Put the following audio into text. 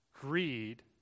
greed